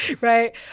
Right